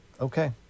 Okay